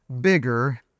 bigger